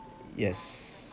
yes